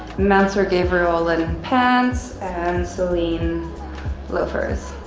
mansur gavriel ah linen pants, and celine loafers.